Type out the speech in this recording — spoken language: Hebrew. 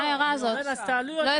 לא, אני אומר: אז תעלי יותר.